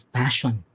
passion